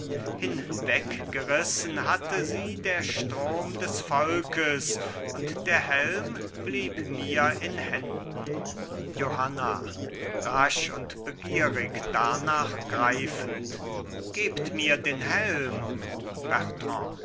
hinweggerissen hatte sie der strom des volkes und der helm blieb mir in händen johanna rasch und begierig darnach greifend gebt mir den helm